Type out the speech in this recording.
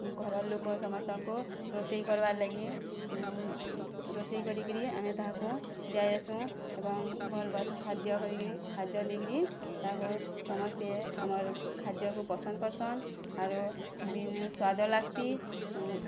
ଆମର୍ ଘର୍ର ଲୋକ ସମସ୍ତଙ୍କୁ ରୋଷେଇ କର୍ବାର୍ ଲାଗି ରୋଷଇକରିକିରି ଆମେ ତାହାକୁ ଦିଆହେସୁଁ ଏବଂ ଭଲ୍ ଭଲ୍ ଖାଦ୍ୟ କରିକିରି ଖାଦ୍ୟ ଦେଇକିରି ତାହାକୁ ସମସ୍ତେ ଆମର୍ ଖାଦ୍ୟ ପସନ୍ଦ କରୁସନ୍ ଆରୁ ବି ସ୍ୱାଦ ଲାଗ୍ସି